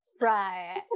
Right